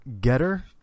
Getter